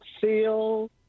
seal